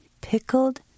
Pickled